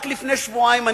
רק לפני שבועיים,